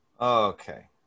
Okay